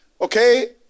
okay